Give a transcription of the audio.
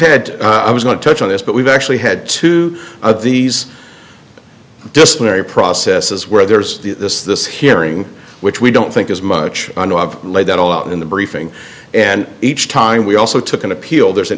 had i was going to touch on this but we've actually had two of these disciplinary process is where there's this this hearing which we don't think is much on i've laid it all out in the briefing and each time we also took an appeal there's an